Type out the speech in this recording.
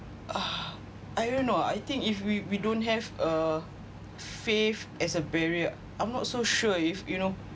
ah I don't know I think if we we don't have uh faith as a barrier I'm not so sure if you know